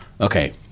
okay